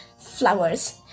flowers